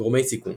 גורמי סיכון